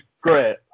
great